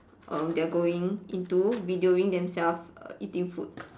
err they are going into videoing themselves uh eating food